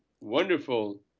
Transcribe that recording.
wonderful